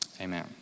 amen